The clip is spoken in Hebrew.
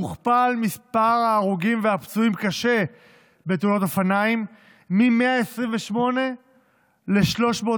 הוכפל מספר ההרוגים והפצועים קשה בתאונות אופניים מ-128 ל-306,